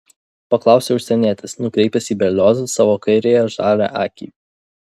paklausė užsienietis nukreipęs į berliozą savo kairiąją žalią akį